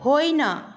होइन